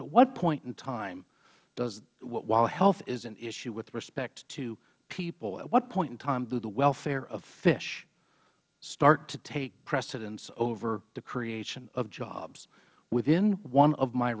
but what point in time while health is an issue with respect to people at what point in time do the welfare of fish start to take precedence over the creation of jobs within one of my